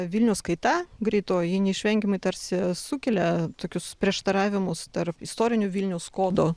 vilniaus kaita greitoji ji neišvengiamai tarsi sukelia tokius prieštaravimus tarp istorinio vilniaus kodo